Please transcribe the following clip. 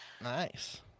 Nice